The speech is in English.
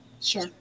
Sure